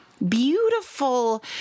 beautiful